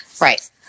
Right